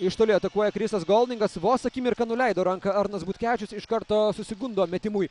iš toli atakuoja krisas goldingas vos akimirką nuleido ranką arnas butkevičius iš karto susigundo metimui